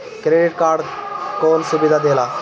Credit card कौन सुबिधा देला?